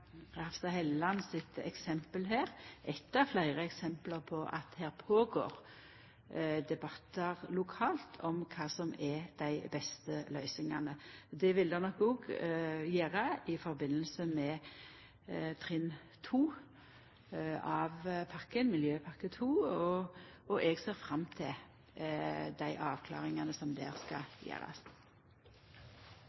Hofstad Helleland sitt eksempel her er nok eitt av fleire eksempel på at det pågår debattar lokalt om kva som er dei beste løysingane. Det vil det nok òg gjera i samband med miljøpakken trinn 2, og eg ser fram til dei avklaringane som skal gjerast der.